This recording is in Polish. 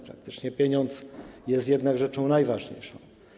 Praktycznie pieniądz jest jednak rzeczą najważniejszą.